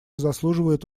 заслуживает